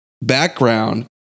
background